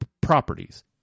properties